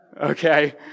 Okay